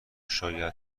شاید